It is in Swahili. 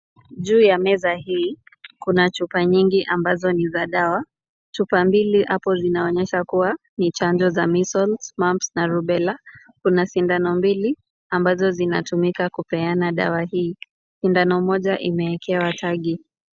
Juu ja meza hii, kuna chupa nyingi ambazo ni za dawa. Chupa mbili hapo zinaonyesha kuwa ni chanjo za measles, mumps , na rubela. Kuna sindano mbili ambazo zinatumika kupeana dawa hii. Sindano moja imeekewa tagi.